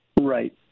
Right